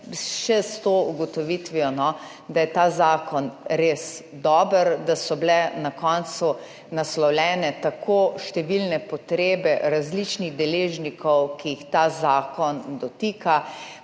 še s to ugotovitvijo, da je ta zakon res dober, da so bile na koncu naslovljene številne potrebe različnih deležnikov, ki se jih ta zakon dotika,